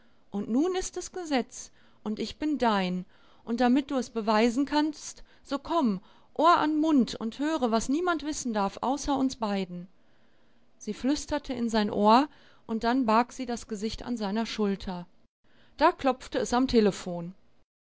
und nun ist es gesetz und ich bin dein und damit du es beweisen kannst so komm ohr an mund und höre was niemand wissen darf außer uns beiden sie flüsterte in sein ohr und dann barg sie das gesicht an seiner schulter da klopfte es am telephon